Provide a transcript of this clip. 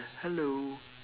hello